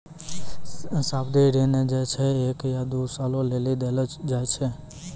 सावधि ऋण जे छै एक या दु सालो लेली देलो जाय छै